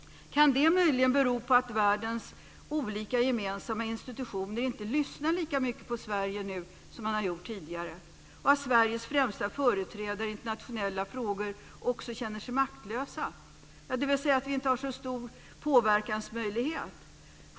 Kan det möjligen bero på att världens olika gemensamma institutioner inte lyssnar lika mycket på Sverige nu som man har gjort tidigare, och att Sveriges främsta företrädare i internationella frågor också känner sig maktlösa, dvs. att vi inte har så stor påverkansmöjlighet?